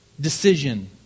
decision